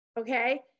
okay